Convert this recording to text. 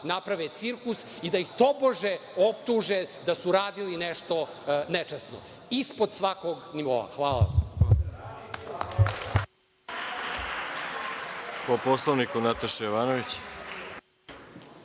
naprave cirkus i da ih tobože optuže da su radili nešto nečasno. Ispod svakog nivoa. Hvala